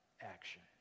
action